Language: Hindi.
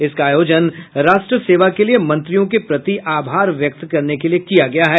इसका आयोजन राष्ट्र सेवा के लिए मंत्रियों के प्रति आभार व्यक्त करने के लिए किया गया है